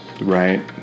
Right